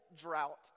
drought